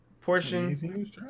portion